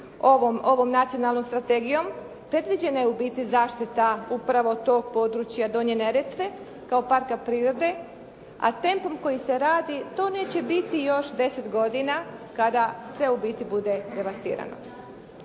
ovom nacionalnom strategijom predviđena je u biti zaštita upravo tog područja Donje Neretve kao parka prirode, a tempom koji se radi to neće biti još 10 godina kada sve u biti bude devastirano.